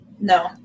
No